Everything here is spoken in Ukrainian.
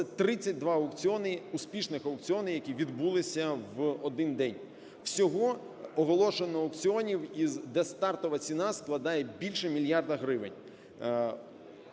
успішних аукціони, які відбулися в один день. Всього оголошено аукціонів, де стартова ціна складає більше мільярда гривень.